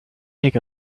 take